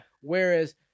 Whereas